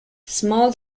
small